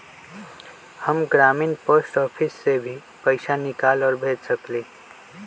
हम ग्रामीण post office से भी पैसा निकाल और भेज सकेली?